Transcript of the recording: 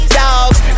dogs